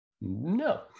no